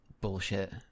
bullshit